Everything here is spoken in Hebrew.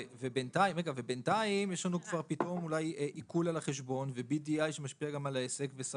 ביתיים פתאום יש לנו עיקול על החשבון ו-BDI שמשפיע על העסק.